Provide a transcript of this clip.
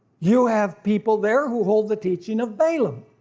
you have people there who hold the teaching of balaam,